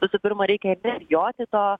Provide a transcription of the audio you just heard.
visų pirma reikia nebijoti to